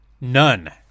None